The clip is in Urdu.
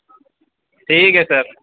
ٹھیک ہے سر